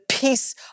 peace